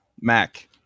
Mac